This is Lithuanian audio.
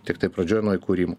tiktai pradžioj nuo įkūrimo